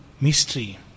mystery